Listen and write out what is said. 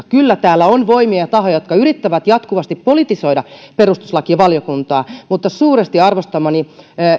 kyllä täällä on voimia ja tahoja jotka yrittävät jatkuvasti politisoida perustuslakivaliokuntaa mutta suuresti arvostamani